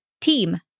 team